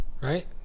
Right